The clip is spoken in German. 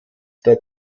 der